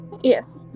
Yes